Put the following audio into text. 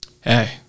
Hey